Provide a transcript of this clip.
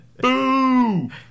Boo